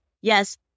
Yes